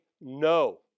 no